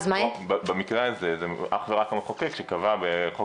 במקרה הזה זה אך ורק המחוקק שקבע בחוק